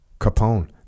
Capone